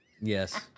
Yes